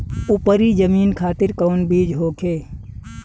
उपरी जमीन खातिर कौन बीज होखे?